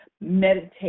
meditate